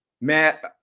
Matt